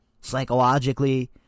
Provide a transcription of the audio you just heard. psychologically